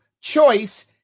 choice